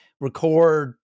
record